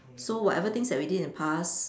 so whatever things that we did in the past